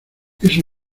eso